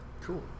Cool